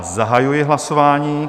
Zahajuji hlasování.